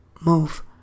move